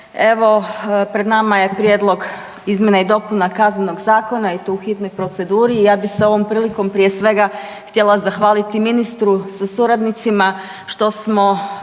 Evo pred nama je Prijedlog izmjena i dopuna Kaznenog zakona i to u hitnoj proceduri i ja bi se ovom prilikom prije svega htjela zahvaliti ministru sa suradnicima što smo